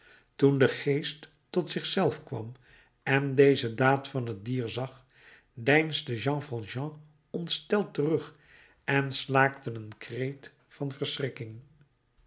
toen de geest tot zich zelf kwam en deze daad van het dier zag deinsde jean valjean ontsteld terug en slaakte een kreet van